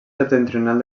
septentrional